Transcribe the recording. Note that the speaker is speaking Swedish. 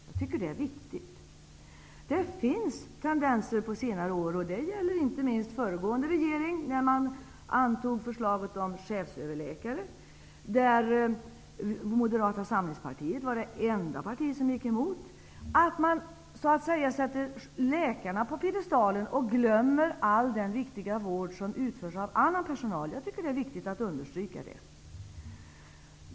Jag tycker att det är viktigt. Det finns tendenser på senare år, och det gäller inte minst föregående regering när man antog förslaget om chefsöverläkare. Moderata samlingspartiet var då det enda parti som gick emot att man så att säga satte läkarna på piedestalen och glömde all den viktiga vård som utförs av annan personal. Jag tycker att det är viktigt att understryka det.